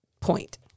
point